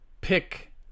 pick